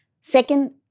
Second